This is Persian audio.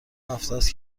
هفتست